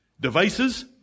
devices